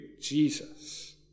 Jesus